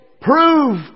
prove